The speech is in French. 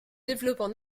développant